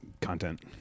content